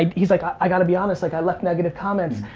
ah he's like, i've got to be honest, like, i left negative comments.